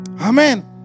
Amen